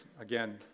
again